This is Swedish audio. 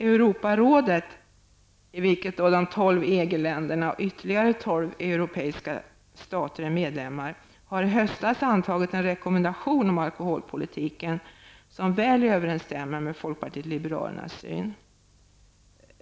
Europarådet, i vilket de 12 EG-länderna och ytterligare 12 europeiska stater är medlemmar, har i höstas antagit en rekommendation om alkoholpolitiken som väl överensstämmer med folkpartiet liberalernas syn.